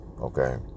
Okay